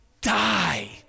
die